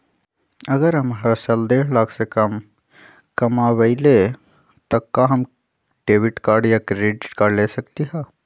अगर हम हर साल डेढ़ लाख से कम कमावईले त का हम डेबिट कार्ड या क्रेडिट कार्ड ले सकली ह?